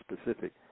specific